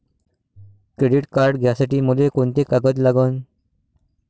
Credit card घ्यासाठी मले कोंते कागद लागन?